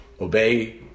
Obey